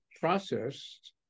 processed